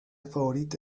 favorita